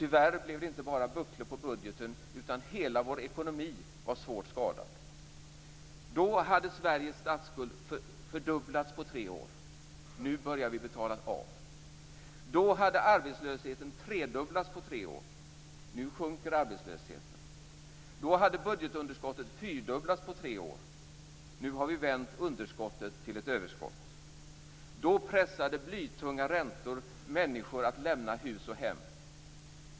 Tyvärr blev det inte bara bucklor på budgeten, utan hela vår ekonomi var svårt skadad. Då hade Sveriges statsskuld fördubblats på tre år. Nu börjar vi betala av. Då hade arbetslösheten tredubblats på tre år. Nu sjunker arbetslösheten. Då hade budgetunderskottet fyrdubblats på tre år. Nu har vi vänt underskottet till ett överskott. Då pressade blytunga räntor människor att lämna hus och hem.